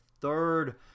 third